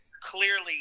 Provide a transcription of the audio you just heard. clearly